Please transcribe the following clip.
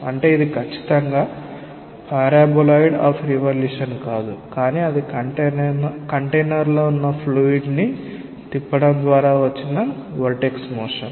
అంటే ఇది ఖచ్చితంగా పారాబొలాయిడ్ ఆఫ్ రివాల్యూషన్ కాదు కానీ అది కంటైనర్లో ఫ్లూయిడ్ ని తిప్పడం ద్వారా వచ్చిన వొర్టెక్స్ మోషన్